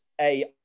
AI